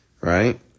right